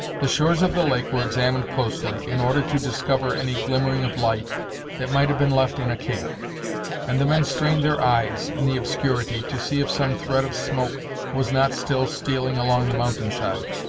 the shores of the lake were examined closely, in order to discover any glimmering of light that might have been left in a camp and the men strained their eyes, in the obscurity, to see if some thread of smoke was not still stealing along the mountainside,